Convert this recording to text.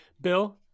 Bill